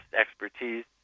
expertise